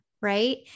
right